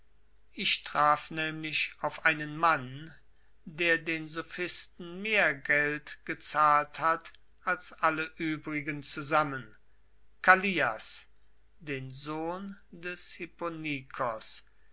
ich traf nämlich auf einen mann der den sophisten mehr geld gezahlt hat als alle übrigen zusammen kallias den sohn des